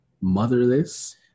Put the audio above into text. motherless